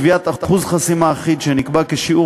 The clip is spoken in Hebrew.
קביעת אחוז חסימה אחיד שנקבע כשיעור